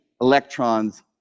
electrons